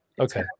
okay